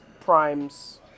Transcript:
Prime's